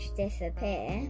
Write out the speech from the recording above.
disappear